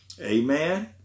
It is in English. Amen